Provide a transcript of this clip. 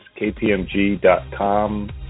kpmg.com